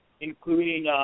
including